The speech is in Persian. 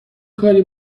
کاری